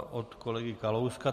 Od kolegy Kalouska.